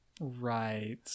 Right